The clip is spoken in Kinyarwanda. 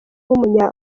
w’umunya